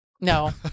No